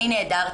אני נהדר,